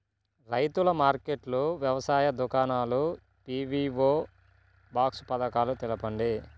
రైతుల మార్కెట్లు, వ్యవసాయ దుకాణాలు, పీ.వీ.ఓ బాక్స్ పథకాలు తెలుపండి?